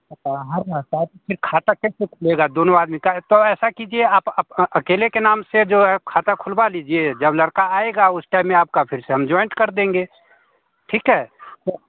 अच्छा हाँ हाँ साथ में फिर खाता कैसे खुलेगा दोनों आदमी का तो ऐसा किजिए आप अकेले के नाम से जो यह खाता खुलवा लीजिए जब लड़का आएगा उस टाइम में आपका फिर से हम जॉइंट कर देंगे ठीक है